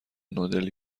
نودل